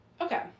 Okay